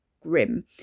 grim